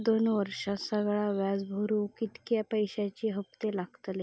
दोन वर्षात सगळा व्याज भरुक कितक्या पैश्यांचे हप्ते लागतले?